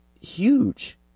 huge